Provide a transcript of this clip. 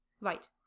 Right